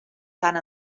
tant